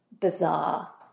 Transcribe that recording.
bizarre